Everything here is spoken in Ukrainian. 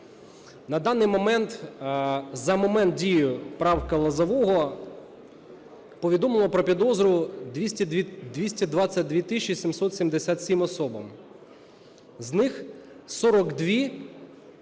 На даний момент за момент дії правки Лозового повідомили про підозру 222 тисячі 777 особам, з них 42…